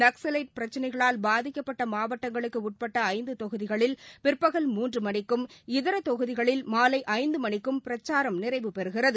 நக்ஸலைட் பிரக்சினைகளால் பாதிக்கப்பட்ட மாவட்டங்களுக்கு உட்பட்ட ஐந்து தொகுதிகளில் பிற்பகல் மூன்று மணிக்கும் இதர தொகுதிகளில் மாலை ஐந்து மணிக்கும் பிரச்சாரம் நிறைவுபெறுகிறது